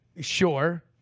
sure